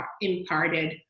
imparted